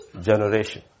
generation